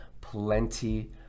plenty